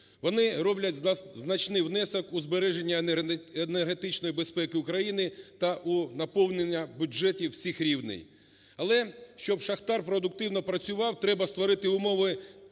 вони роблять значний внесок у збереження енергетичної безпеки України та у наповнення бюджетів всіх рівнів. Але, щоб шахтар продуктивно працював, треба створити умови,